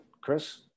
Chris